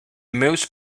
most